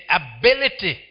ability